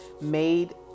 made